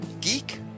geek